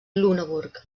lüneburg